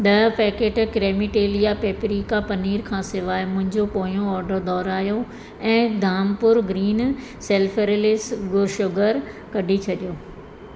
ॾह पैकेट क्रेमीटेलिया पैपरिका पनीर खां सवाइ मुंहिंजो पोयों ऑर्डर दुहरायो ऐं धामपुर ग्रीन सेल्फरलेस शुगर कढी छॾियो